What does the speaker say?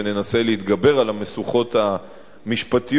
וננסה להתגבר על המשוכות המשפטיות,